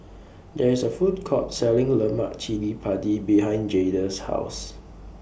There IS A Food Court Selling Lemak Cili Padi behind Jayda's House